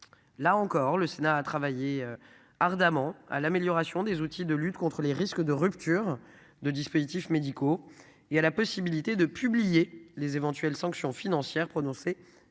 Là encore, le Sénat a travaillé ardemment à l'amélioration des outils de lutte contre les risques de rupture de dispositifs médicaux et à la possibilité de publier les éventuelles sanctions financières prononcées par l'autorité